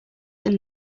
than